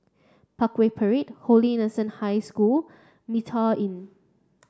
Parkway Parade Holy Innocents' High School Mitraa Inn